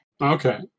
Okay